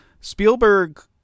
Spielberg